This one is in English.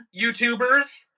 YouTubers